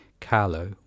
Carlo